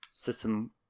system